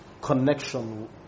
connection